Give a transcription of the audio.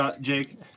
Jake